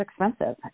expensive